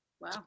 wow